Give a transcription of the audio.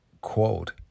quote